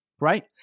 right